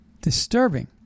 disturbing